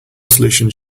solutions